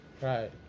Right